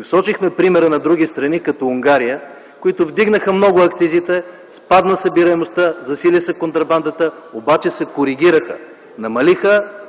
Посочихме ви примера на други страни, като Унгария, които вдигнаха много акцизите, спадна събираемостта, засили се контрабандата, обаче се коригираха. Намалиха